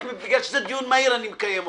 רק בגלל שזה דיון מהיר, אני מקיים אותו.